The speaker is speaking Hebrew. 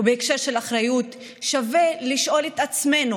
ובהקשר של אחריות שווה לשאול את עצמנו,